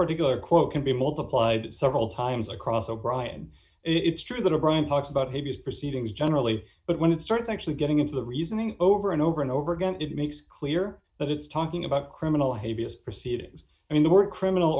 particular quote can be multiplied several times across so brian it's true that o'brien talks about he views proceedings generally but when it starts actually getting into the reasoning over and over and over again it makes clear that it's talking about criminal behavior as proceedings i mean the word criminal